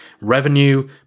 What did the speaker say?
Revenue